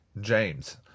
James